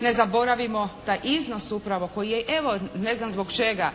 ne zaboravimo da iznos upravo koji je evo ne znam zbog čega